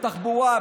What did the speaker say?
בתחבורה,